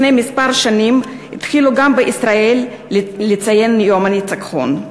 לפני כמה שנים התחילו גם בישראל לציין את יום הניצחון.